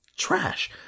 trash